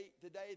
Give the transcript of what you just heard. today